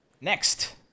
next